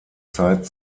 zeit